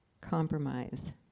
compromise